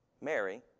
Mary